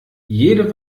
jede